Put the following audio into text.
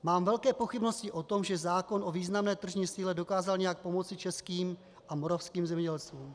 Mám velké pochybnosti o tom, že zákon o významné tržní síle dokázal nějak pomoci českým a moravským zemědělcům.